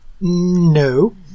No